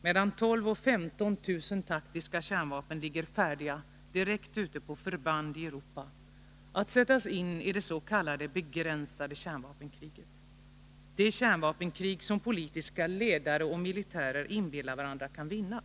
Mellan 12 000 och 15 000 taktiska kärnvapen ligger färdiga ute på förband i Europa att sättas in i det ”begränsade” kärnvapenkriget — det kärnvapenkrig som politiska ledare och militärer inbillar varandra kan vinnas!